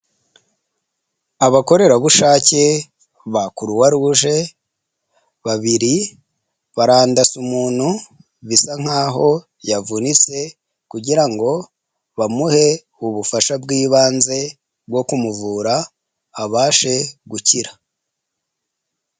Abakorerabushake ba kuruwa ruje babiri barandasa umuntu bisa nkaho yavunitse kugira ngo bamuhe ubufasha bw'ibanze bwo kumuvura abashe gukira.